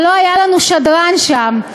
אבל לא היה לנו שדרן שם.